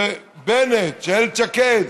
שבנט, שאיילת שקד,